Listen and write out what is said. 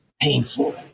painful